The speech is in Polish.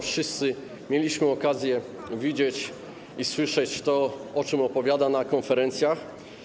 Wszyscy mieliśmy okazję widzieć i słyszeć to, o czym opowiada na konferencjach.